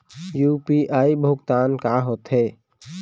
UPI भुगतान का होथे?